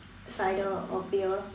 cider or beer